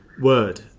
word